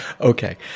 Okay